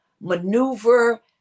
maneuver